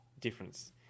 difference